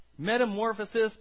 Metamorphosis